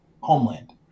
Homeland